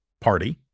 party